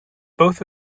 both